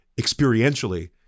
experientially